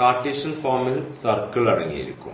Cartesian ഫോമിൽ circle അടങ്ങിയിരിക്കും